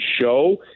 show